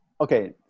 Okay